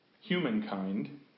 humankind